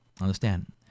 understand